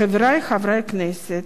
חברי חברי הכנסת,